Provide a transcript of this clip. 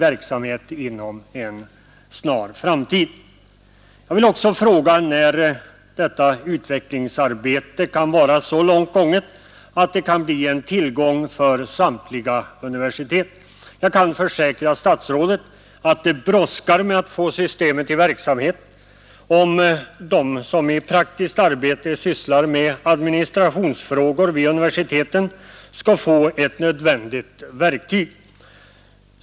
undervisningen verksamhet inom en snar framtid. vid universiteten Jag vill också fråga när detta utvecklingsarbete kan vara så långt gånget att det kan bli en tillgång för samtliga universitet. Jag kan försäkra statsrådet att det brådskar med att få systemet i verksamhet, så att de som i praktiskt arbete sysslar med administrationsfrågor vid universiteten skall få ett nödvändigt verktyg.